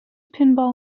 pinball